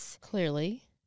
Clearly